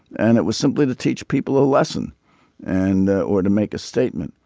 and it was simply to teach people a lesson and or to make a statement.